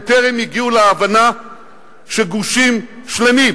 הם טרם הגיעו להבנה שגושים שלמים